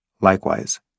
Likewise